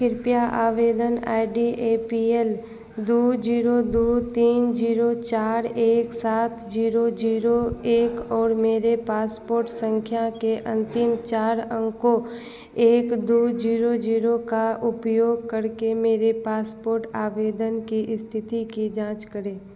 कृपया आवेदन I D A P L दो ज़ीरो दो तीन ज़ीरो चार एक सात ज़ीरो ज़ीरो एक और मेरे पासपोर्ट सँख्या के अन्तिम चार अंकों एक दो ज़ीरो ज़ीरो का उपयोग करके मेरे पासपोर्ट आवेदन की इस्थिति की जाँच करें